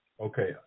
Okay